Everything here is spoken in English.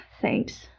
Thanks